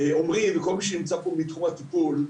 וגם כל מי שנמצא פה מתחום הטיפול,